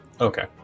Okay